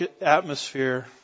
atmosphere